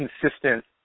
consistent